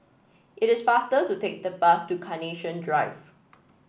it is faster to take the bus to Carnation Drive